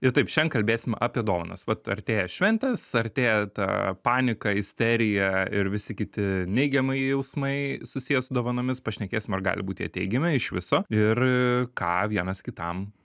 ir taip šiandien kalbėsim apie dovanas vat artėja šventės artėja ta panika isterija ir visi kiti neigiamai jausmai susiję su dovanomis pašnekėsim ar gali būt jie teigiami iš viso ir ką vienas kitam